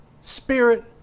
Spirit